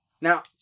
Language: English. now